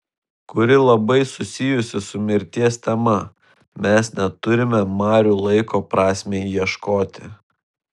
kuri labai susijusi su mirties tema mes neturime marių laiko prasmei ieškoti